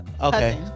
okay